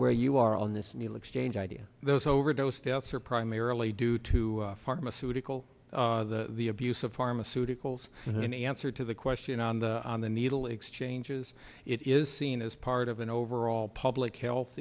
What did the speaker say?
where you are on this needle exchange idea those overdose deaths are primarily due to pharmaceutical the abuse of pharmaceuticals in answer to the question on the on the needle exchanges it is seen as part of an overall public health